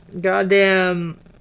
goddamn